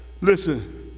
Listen